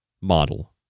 model